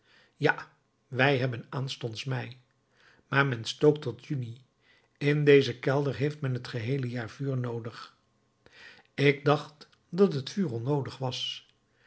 ja wij hebben aanstonds mei maar men stookt tot juni in dezen kelder heeft men het geheele jaar vuur noodig ik dacht dat het vuur onnoodig was